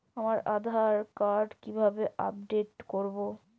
আমার আধার কার্ড কিভাবে আপডেট করব?